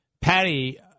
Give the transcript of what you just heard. Patty